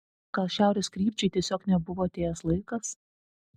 gal šiaurės krypčiai tiesiog nebuvo atėjęs laikas